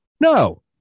No